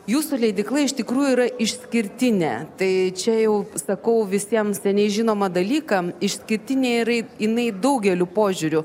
jūsų leidykla iš tikrųjų yra išskirtinė tai čia jau sakau visiems seniai žinomą dalyką išskirtinė yra jinai daugeliu požiūriu